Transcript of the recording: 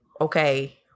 okay